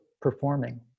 performing